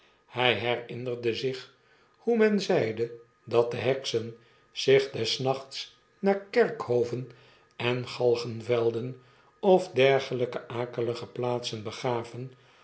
hij herinnerde zich hoe men zeide dat de heksen zich des nachts naar kerkhoven en galgenvelden of dergelijke akelige plaatsen begaven